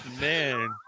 man